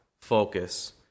focus